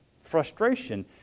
frustration